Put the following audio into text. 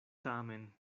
tamen